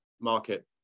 market